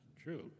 true